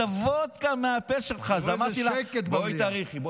תראו איזה שקט במליאה.